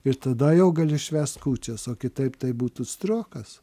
ir tada jau gali švęst kūčias o kitaip tai būtų striokas